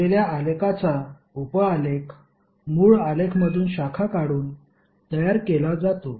दिलेल्या आलेखाचा उप आलेख मूळ आलेखमधून शाखा काढून तयार केला जातो